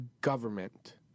government